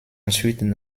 ensuite